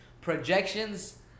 Projections